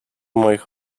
moich